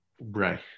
Right